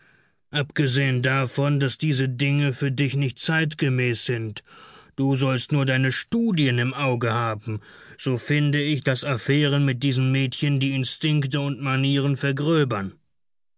abgesehen davon daß diese dinge für dich nicht zeitgemäß sind du sollst nur deine studien im auge haben so finde ich daß affären mit diesen mädchen die instinkte und manieren vergröbern